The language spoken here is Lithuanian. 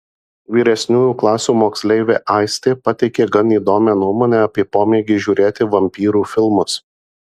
vyresniųjų klasių moksleivė aistė pateikė gan įdomią nuomonę apie pomėgį žiūrėti vampyrų filmus